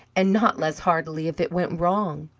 and not less heartily if it went wrong.